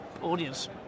audience